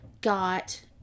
got